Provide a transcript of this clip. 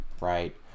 Right